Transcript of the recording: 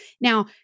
Now